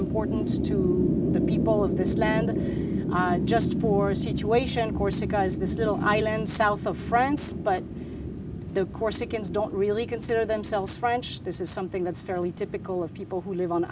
important the people of this land just for a situation of course the guys this little island south of france but the corsicans don't really consider themselves french this is something that's fairly typical of people who live on